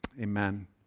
amen